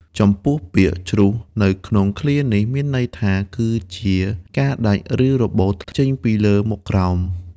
ចំពោះពាក្យ ជ្រុះ នៅក្នុងឃ្លានេះមានន័យថា គឺជាការដាច់ ឬរបូតធ្លាក់ពីលើមកក្រោម។